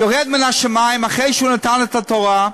יורד מן השמים, אחרי שהוא נתן את התורה,